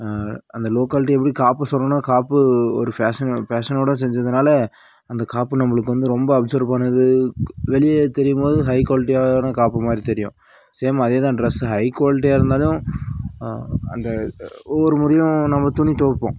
அந்த low quality எப்படி காப்பு சொன்னேனோ காப்பு ஒரு ஃபேஷன் ஃபேஷனோடு செஞ்சதனால் அந்த காப்பு நம்மளுக்கு வந்து ரொம்ப அப்ஸர் பண்ணுது வெளியே தெரியும்போது ஹை குவாலிட்டியான காப்பு மாதிரி தெரியும் சேம் அதேதான் ட்ரெஸ்ஸும் ஹை குவாலிட்டியாக இருந்தாலும் அந்த ஒவ்வொரு முறையும் நம்ம துணி துவைப்போம்